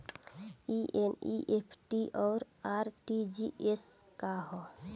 ई एन.ई.एफ.टी और आर.टी.जी.एस का ह?